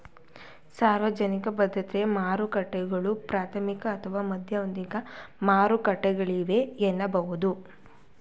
ಸಾರ್ವಜನಿಕ ಭದ್ರತೆಗಳ ಮಾರುಕಟ್ಟೆಗಳು ಪ್ರಾಥಮಿಕ ಅಥವಾ ಮಾಧ್ಯಮಿಕ ಮಾರುಕಟ್ಟೆಗಳಾಗಿವೆ ಎನ್ನಬಹುದು